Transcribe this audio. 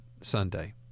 Sunday